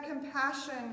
compassion